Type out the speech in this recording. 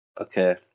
Okay